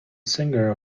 singer